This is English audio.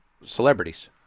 celebrities